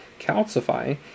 calcify